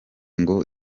ngo